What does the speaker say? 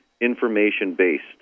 information-based